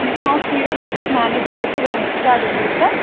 مےٚ چھُ ناو سیٖرَت بہٕ چھُس مینیجَر ییٚتہِ ؤنِو کیٛاہ دٔلیٖل چھَ